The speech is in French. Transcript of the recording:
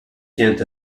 tient